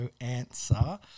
answer